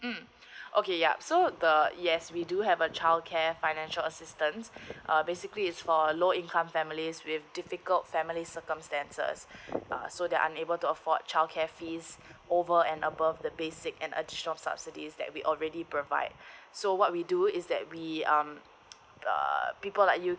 mm okay yup so uh yes we do have a childcare financial assistance uh basically it's for a low income families with difficult family circumstances so they're unable to afford childcare fees over and above the basic an additional subsidies that we already provide so what we do is that we um uh people like you